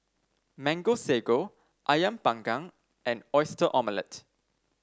Mango Sago ayam Panggang and Oyster Omelette